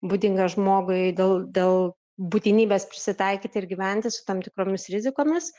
būdinga žmogui dėl dėl būtinybės prisitaikyti ir gyventi su tam tikromis rizikomis